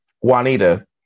juanita